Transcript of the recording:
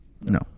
No